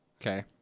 okay